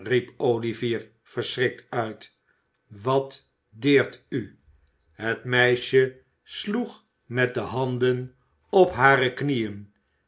olivier verschrikt uit wat deert u het meisje sloeg met de handen op hare knieën